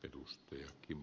arvoisa puhemies